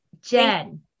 Jen